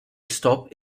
stop